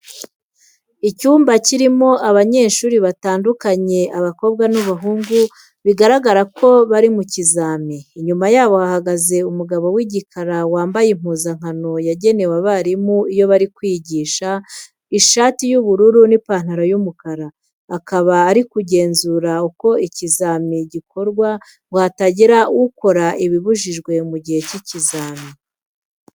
Icyumba kirimo abanyeshuri batandukanye, abakobwa n'abahungu bigaragara ko bari mu kizami. Inyuma yabo hahagaze umugabo w'igikara wambaye impuzankano yagenewe abarimu iyo bari kwigisha, ishati y'ubururu n'ipantaro y'umukara. Akaba ari kugenzura uko ikizami gikorwa, ngo hatagira ukora ibibujijwe mu gihe cy'ibizami.